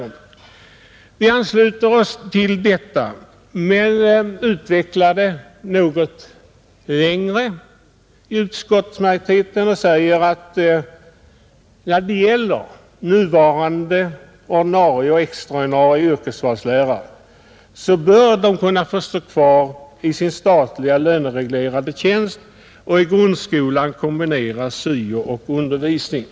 Utskottsmajoriteten ansluter sig till detta men utvecklar det något längre och säger: ”Nuvarande ordinarie Studieoch yrkes och extra ordinarie yrkesvalslärare bör kunna få stå kvar i sin statligt orientering i grundlönereglerade tjänst och i grundskolan kombinera syo och undervisning.